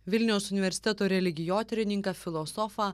vilniaus universiteto religijotyrininką filosofą